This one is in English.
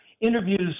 interviews